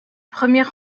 premier